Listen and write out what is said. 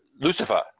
Lucifer